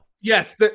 Yes